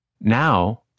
Now